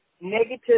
negative